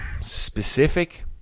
specific